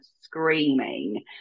screaming